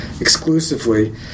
exclusively